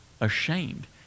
ashamed